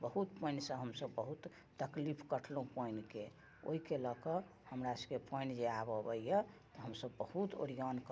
बहुत पानिसँ हमसब बहुत तकलीफ कटलहुँ पानिके ओइके लअ कऽ हमरा सबके पानि जे आब अबैेए तऽ हमसब बहुत ओरियान कऽके करै छी